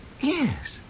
Yes